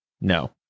No